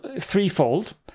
threefold